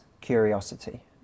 curiosity